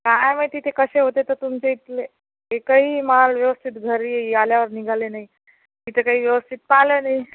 काय माहिती ते कसे होते तर तुमचे इथले एकही माल व्यवस्थित घरी आल्यावर निघाले नाही तिथं काही व्यवस्थित पाहिलं नाही